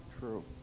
true